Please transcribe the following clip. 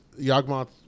Yagmoth